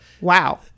Wow